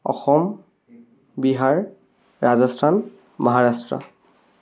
Assam Bihar Rajasthan Maharashtra